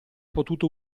potuto